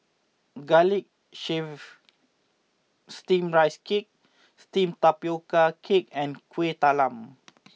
Garlic Chives Steamed Rice Cake Steamed Tapioca Cake and Kuih Talam